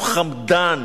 הוא חמדן,